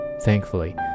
Thankfully